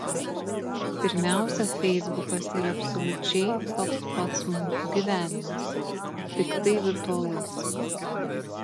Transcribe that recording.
pirmiausia feisbukas yra absoliučiai toks pats mūsų gyvenimas tiktai virtualus